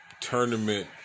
tournament